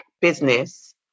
business